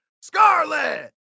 Scarlet